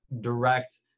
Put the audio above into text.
direct